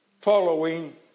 following